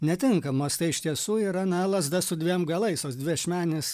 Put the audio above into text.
netinkamos tai iš tiesų yra na lazda su dviem galais toks dviašmenis